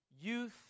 Youth